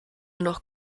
noch